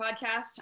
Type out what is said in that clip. podcast